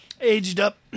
aged-up